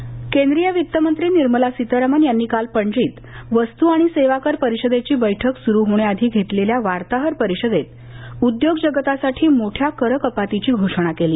करकपात केंद्रीय वित्तमंत्री निर्मला सीतारामन यांनी काल पणजीत वस्तू आणि सेवाकर परिषदेची बैठक सुरू होंण्याआधी घेतलेल्या वार्ताहर परिषदेत उद्योग जगतासाठी मोठ्या कर कपातीची घोषणा केली